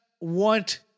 want